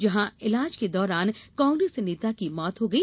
यहां इलाज के दौरान कांग्रेस नेता की मौत हो गई